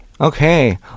Okay